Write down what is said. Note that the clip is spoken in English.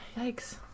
yikes